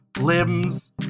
limbs